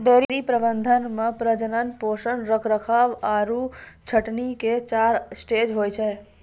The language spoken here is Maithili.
डेयरी प्रबंधन मॅ प्रजनन, पोषण, रखरखाव आरो छंटनी के चार स्टेज होय छै